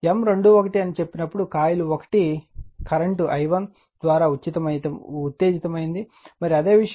M21 అని చెప్పినప్పుడు coil 1 current i1 ద్వారా ఉత్తేజితమవుతుంది మరియు అది విషయం